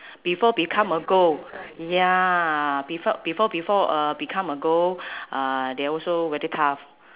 before become a ghost ya before before before uh become a ghost uh they also very tough